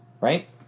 Right